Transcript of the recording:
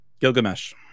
Gilgamesh